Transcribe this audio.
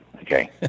Okay